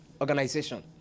Organization